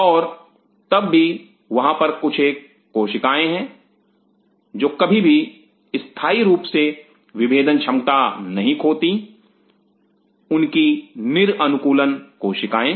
और तब भी वहां पर कुछ कोशिकाएं हैं जो कभी भी स्थाई रूप से विभेदन क्षमता नहीं खोती उनकी निर अनुकूलन कोशिकाएं